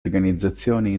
organizzazioni